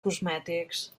cosmètics